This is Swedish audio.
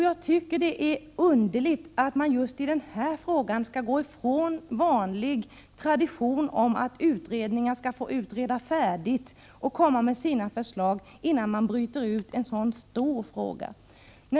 Jag tycker det är underligt att man just i den här frågan skall gå ifrån vanlig tradition om att utredningar skall få utreda färdigt och komma med sina förslag innan man bryter ut en så här stor fråga.